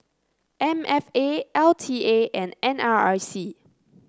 M F A L T A and N R I C